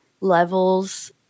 levels